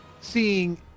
seeing